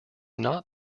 not